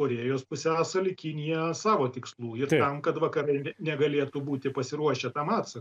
korėjos pusiasaly kinija savo tikslų ir tam kad vakarai negalėtų būti pasiruošę tam atsa